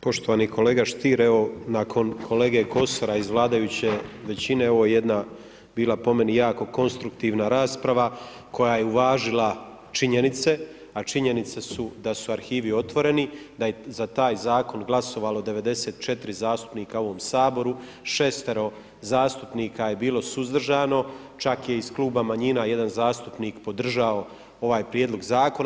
Poštovani kolega Stier evo, nakon kolege Kosora iz vladajuće većine ovo je jedna, bila po meni konstruktivna rasprava koja je uvažila činjenice, a činjenice su da su arhive otvoreni, da i za taj zakon, glasovalo 94 zastupnika u ovom Saboru, 6 zastupnika je bilo suzdržano, čak, je iz kluba manjina, jedan zastupnik podržao ovaj prijedlog zakona.